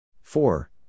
Four